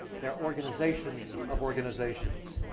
they're organizations of organizations.